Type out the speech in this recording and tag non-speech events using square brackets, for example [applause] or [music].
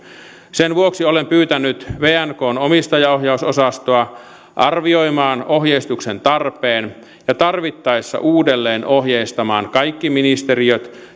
sen vuoksi olen pyytänyt vnkn omistajaohjausosastoa arvioimaan ohjeistuksen tarpeen ja tarvittaessa uudelleen ohjeistamaan kaikki ministeriöt [unintelligible]